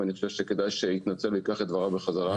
ואני חושב שכדאי שיתנצל וייקח את דבריו בחזרה.